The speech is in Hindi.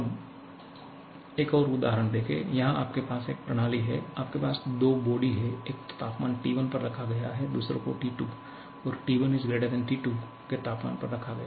अब एक और उदाहरण देखें यहां आपके पास एक प्रणाली है आपके पास 2 बॉडी हैं एक को तापमान T1 पर रखा गया दूसरे को T2 और T1T2 के तापमान पर रखा गया